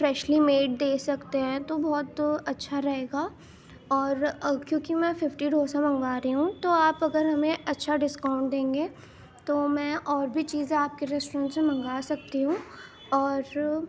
freshly made دے سکتے ہیں تو بہت اچھا رہے گا اور کیونکہ میں ففٹی ڈوسا منگوا رہی ہوں تو آپ اگر ہمیں اچھا ڈسکاؤنٹ دیں گے تو میں اور بھی چیزیں آپ کے ریسٹورنٹ سے منگوا سکتی ہوں اور